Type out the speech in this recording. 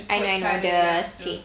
I know I know the